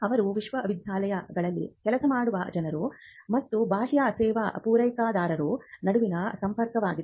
ಅವರು ವಿಶ್ವವಿದ್ಯಾಲಯದಲ್ಲಿ ಕೆಲಸ ಮಾಡುವ ಜನರು ಮತ್ತು ಬಾಹ್ಯ ಸೇವಾ ಪೂರೈಕೆದಾರರ ನಡುವಿನ ಸಂಪರ್ಕವಾಗಿದೆ